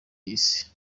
y’isi